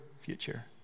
future